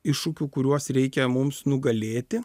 iššūkių kuriuos reikia mums nugalėti